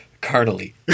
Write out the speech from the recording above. carnally